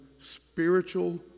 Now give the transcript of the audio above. Spiritual